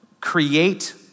create